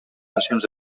sessions